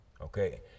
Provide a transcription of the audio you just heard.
Okay